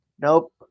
Nope